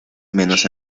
menos